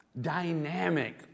dynamic